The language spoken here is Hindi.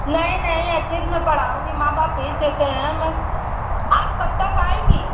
नही नहीं अच्छे से मैं पढ़ाऊँगी माँ बाप फीस देते हैं मैं आप कब तक आएँगी